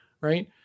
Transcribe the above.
Right